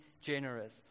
generous